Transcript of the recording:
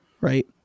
right